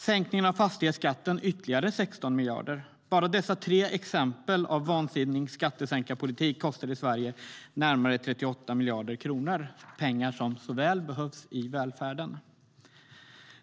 Sänkningen av fastighetsskatten kostade ytterligare 16 miljarder. Bara dessa tre exempel på vansinnig skattesänkarpolitik kostade Sverige 38 miljarder kronor - pengar som så väl behövs i välfärden.